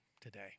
today